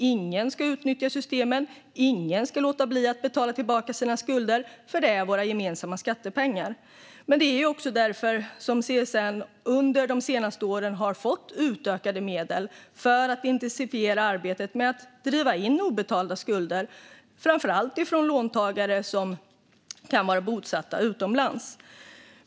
Ingen ska utnyttja systemen. Ingen ska låta bli att betala tillbaka sina skulder, för det är våra gemensamma skattepengar. Det är också därför som CSN under de senaste åren har fått utökade medel för att intensifiera arbetet med att driva in obetalda skulder, framför allt från låntagare som kan vara bosatta utomlands.